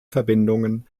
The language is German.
verbindungen